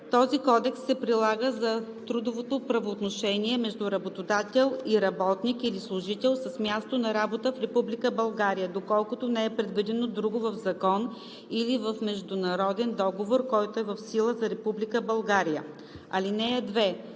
Този кодекс се прилага за трудовото правоотношение между работодател и работник или служител, с място на работа в Република България, доколкото не е предвидено друго в закон или в международен договор, който е в сила за Република